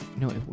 No